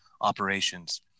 operations